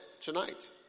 tonight